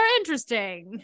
interesting